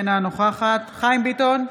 אינה נוכחת חיים ביטון,